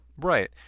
Right